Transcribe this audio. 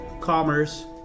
commerce